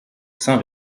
sans